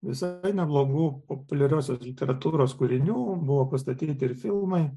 visai neblogų populiariosios literatūros kūrinių buvo pastatyti ir filmai